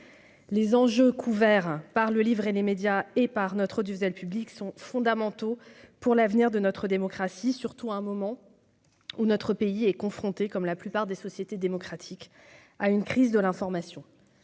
les enjeux couverts par le livrer les médias et par notre diesel publics sont fondamentaux pour l'avenir de notre démocratie, surtout à un moment où notre pays est confronté, comme la plupart des sociétés démocratiques à une crise de l'information,